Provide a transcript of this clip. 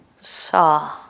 saw